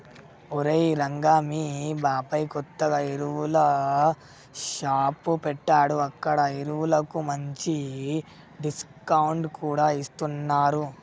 ఒరేయ్ రంగా మీ బాబాయ్ కొత్తగా ఎరువుల షాప్ పెట్టాడు అక్కడ ఎరువులకు మంచి డిస్కౌంట్ కూడా ఇస్తున్నరు